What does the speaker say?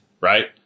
right